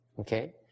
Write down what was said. Okay